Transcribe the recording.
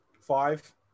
Five